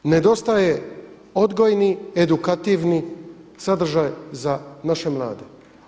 Nedostaje odgojni, edukativni sadržaj za naše mlade.